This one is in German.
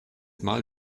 mal